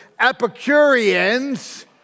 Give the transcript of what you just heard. Epicureans